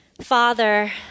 Father